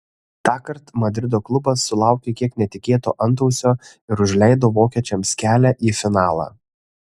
tąkart madrido klubas sulaukė kiek netikėto antausio ir užleido vokiečiams kelią į finalą